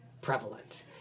prevalent